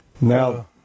Now